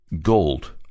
gold